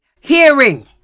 Hearing